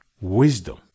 wisdom